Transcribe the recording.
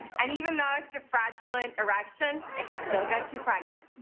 and even though it's a fraudulent erection, it can still get you pregnant.